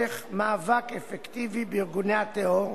המאבק בטרור,